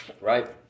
Right